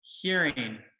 hearing